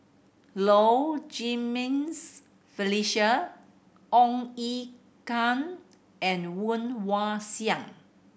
Low Jimenez Felicia Ong Ye Kung and Woon Wah Siang